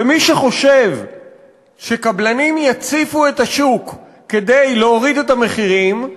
ומי שחושב שקבלנים יציפו את השוק כדי להוריד את המחירים,